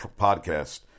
podcast